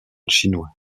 chinois